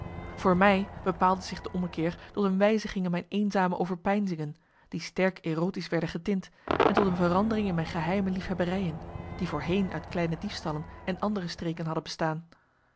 voor mij bepaalde zich de ommekeer tot een wijziging in mijn eenzame overpeinzingen die sterk erotisch werden getint en tot een verandering in mijn geheime liefhebberijen die voorheen uit kleine diefstallen en andere streken hadden bestaan